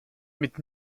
mit